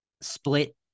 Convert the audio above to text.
split